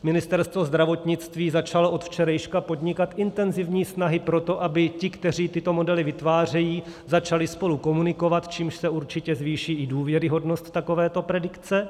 Ministerstvo zdravotnictví začalo od včerejška podnikat intenzivní snahy pro to, aby ti, kteří tyto modely vytvářejí, spolu začali komunikovat, čímž se určitě zvýší i důvěryhodnost takovéto predikce.